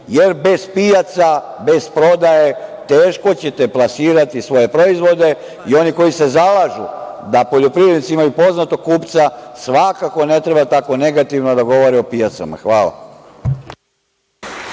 jer bez pijaca, bez prodaje teško ćete plasirati svoje proizvode. Oni koji se zalažu da poljoprivrednici imaju poznatog kupca, svakako ne treba tako negativno da govore o pijacama. Hvala.